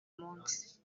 munsi